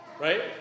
Right